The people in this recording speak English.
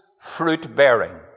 fruit-bearing